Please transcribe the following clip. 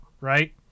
right